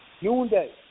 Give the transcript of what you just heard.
noonday